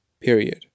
period